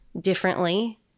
differently